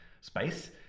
space